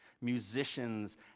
musicians